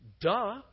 Duh